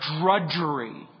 drudgery